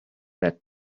that